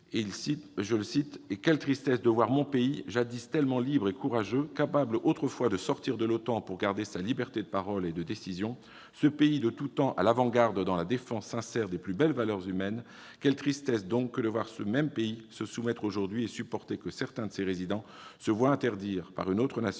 sociétés :« Et quelle tristesse que de voir mon pays, jadis tellement libre et courageux, capable autrefois de sortir de l'OTAN pour garder sa liberté de parole et de décision, ce pays de tout temps à l'avant-garde dans la défense sincère des plus belles valeurs humaines, quelle tristesse, donc, que de voir ce même pays se soumettre aujourd'hui, et supporter que certains de ses résidents se voient interdire, par une autre nation,